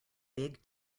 big